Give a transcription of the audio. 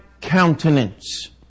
countenance